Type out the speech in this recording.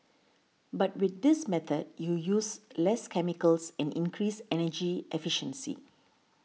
but with this method you use less chemicals and increase energy efficiency